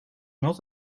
not